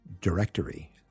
directory